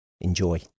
Enjoy